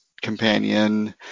companion